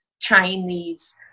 chinese